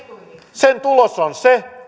sen tulos on se